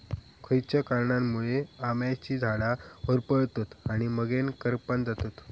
खयच्या कारणांमुळे आम्याची झाडा होरपळतत आणि मगेन करपान जातत?